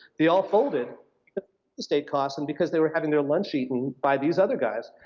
they all folded estate costs, and because they were having their lunch eaten by these other guys.